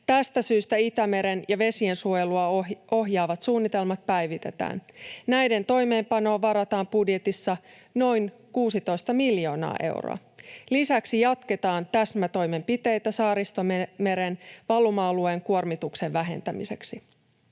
Tästä syystä Itämeren ja vesiensuojelua ohjaavat suunnitelmat päivitetään. Näiden toimeenpanoon varataan budjetissa noin 16 miljoonaa euroa. Lisäksi jatketaan täsmätoimenpiteitä Saaristomeren valuma-alueen kuormituksen vähentämiseksi.